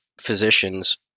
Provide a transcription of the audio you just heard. physicians